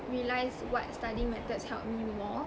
realise what studying methods help me more